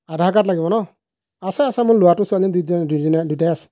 আধাৰ card লাগিব ন আছে আছে মোৰ ল'ৰাটো ছোৱালীজনীৰ দুয়োটাৰে আছে